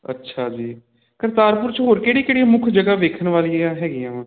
ਅੱਛਾ ਜੀ ਕਰਤਾਰਪੁਰ ਚ ਹੋਰ ਕਿਹੜੀਆਂ ਕਿਹੜੀਆਂ ਮੁੱਖ ਜਗਹਾ ਵੇਖਣ ਵਾਲੀ ਆ ਹੈਗੀਆਂ ਵਾਂ